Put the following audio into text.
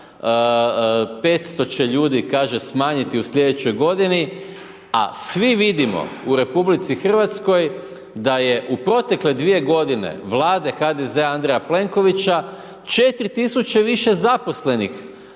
500 će ljudi kaže smanjiti u sljedećoj g. a svi vidimo u RH, da je u protekle 2 g. vlade HDZ-a Andreja Plenkovića 4000 više zaposlenih